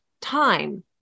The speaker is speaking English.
time